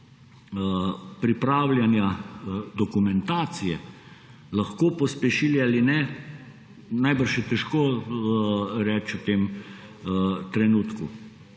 pripravljanja dokumentacije, lahko pospešili ali ne, je najbrž težko reči v tem trenutku.